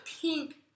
pink